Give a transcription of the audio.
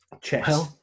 Chess